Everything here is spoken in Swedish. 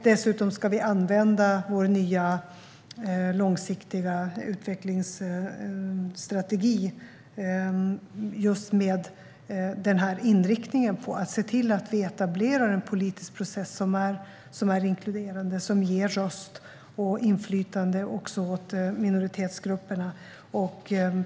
Dessutom ska vi använda vår nya långsiktiga utvecklingsstrategi med just denna inriktning till att etablera en politisk process som är inkluderande och som ger röst och inflytande också åt minoritetsgrupperna.